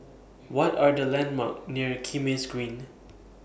What Are The landmarks near Kismis Green